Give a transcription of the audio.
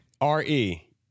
R-E